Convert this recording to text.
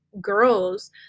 girls